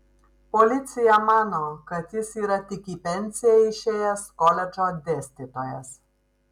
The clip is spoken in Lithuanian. policija mano kad jis yra tik į pensiją išėjęs koledžo dėstytojas